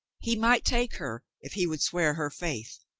he might take her if he would swear her faith.